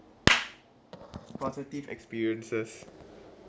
positive experiences